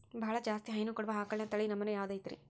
ಬಹಳ ಜಾಸ್ತಿ ಹೈನು ಕೊಡುವ ಆಕಳಿನ ತಳಿ ನಮೂನೆ ಯಾವ್ದ ಐತ್ರಿ?